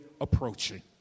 approaching